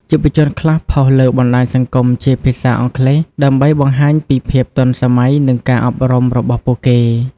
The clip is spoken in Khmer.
យុវជនខ្លះផុសលើបណ្តាញសង្គមជាភាសាអង់គ្លេស ដើម្បីបង្ហាញពីភាពទាន់សម័យ និង ការអប់រំរបស់ពួកគេ។